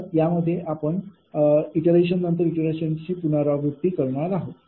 तर यामध्ये आपण इटरेशन नंतर इटरेशनची पुनरावृत्ती करणार आहोत